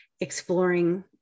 exploring